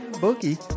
bookie